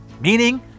meaning